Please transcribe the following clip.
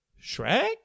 Shrek